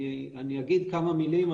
אני אגיד כמה מילים,